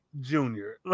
junior